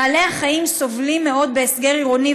בעלי החיים סובלים מאוד בהסגר עירוני,